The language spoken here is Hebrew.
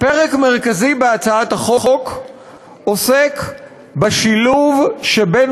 פרק מרכזי בהצעת החוק עוסק בשילוב שבין